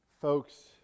folks